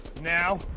now